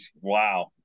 wow